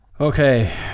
Okay